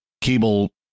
cable